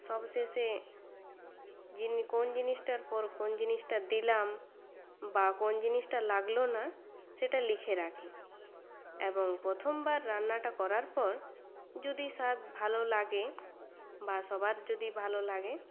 সব শেষে কোন জিনিসটার পর কোন জিনিসটা দিলাম বা কোন জিনিসটা লাগলো না সেটা লিখে রাখি এবং প্রথমবার রান্নাটা করার পর যদি স্বাদ ভালো লাগে বা সবার যদি ভালো লাগে